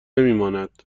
نمیماند